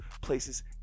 places